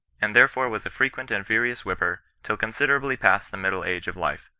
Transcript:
and there fore was a frequent and furious whipper till considerably past the middle age of life.